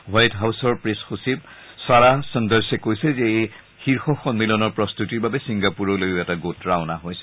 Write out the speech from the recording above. white হাউচৰ press সচিব Sarah Sanders কৈছে যে এই শীৰ্ষ সন্মিলনৰ প্ৰস্তুতিৰ বাবে চিংগাপুৰলৈও এটা গোট ৰাওণা হৈছে